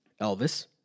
Elvis